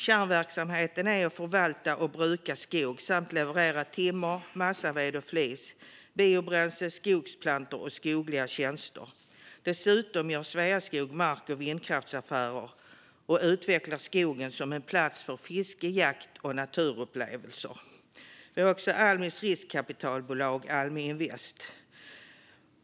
Kärnverksamheten är att förvalta och bruka skog samt leverera timmer, massaved och flis, biobränsle, skogsplantor och skogliga tjänster. Dessutom gör Sveaskog mark och vindkraftsaffärer och utvecklar skogen som en plats för fiske, jakt och naturupplevelser. Vi har också Almis riskkapitalbolag, Almi Invest.